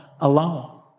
alone